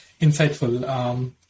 insightful